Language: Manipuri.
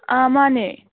ꯑꯥ ꯃꯥꯟꯅꯦ